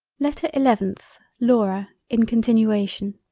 letter eleventh laura in continuation